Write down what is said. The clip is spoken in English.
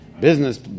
business